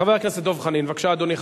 חבר הכנסת דב חנין, בבקשה, אדוני.